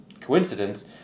coincidence